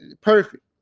perfect